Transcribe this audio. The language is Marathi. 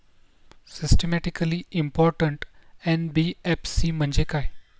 सिस्टमॅटिकली इंपॉर्टंट एन.बी.एफ.सी म्हणजे काय?